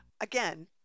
Again